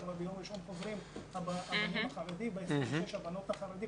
אבל ביום ראשון חוזרים הבנים החרדים והבנות החרדיות.